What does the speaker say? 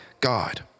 God